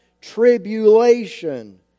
tribulation